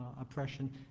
oppression